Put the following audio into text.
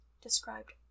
described